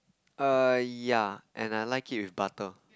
err ya and I like it with butter